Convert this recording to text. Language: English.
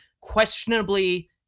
questionably